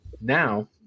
now